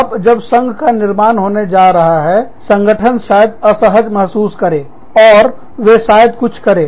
अब जब संघ का निर्माण होने जा रहा है संगठन शायद असहज महसूस करें और वे शायद कुछ करें